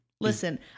Listen